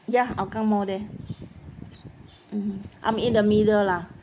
ya hougang mall there mmhmm I'm in the middle lah